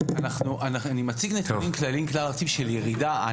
אני מציג נתונים כלליים כלל-ארציים של ירידה.